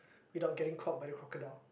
without getting caught by the crocodile